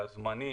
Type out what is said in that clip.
הזמני,